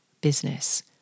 business